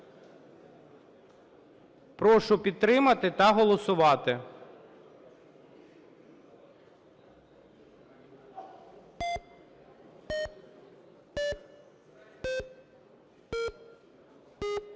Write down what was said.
Прошу підтримати та голосувати.